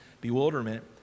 bewilderment